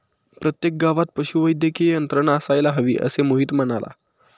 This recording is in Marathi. प्रत्येक गावात पशुवैद्यकीय यंत्रणा असायला हवी, असे मोहित म्हणाला